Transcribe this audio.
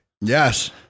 Yes